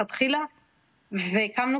המאורעות שעברנו בסוף השבוע האחרון, שעבר, הם